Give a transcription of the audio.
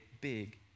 big